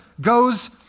goes